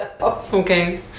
okay